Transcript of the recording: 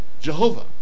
Jehovah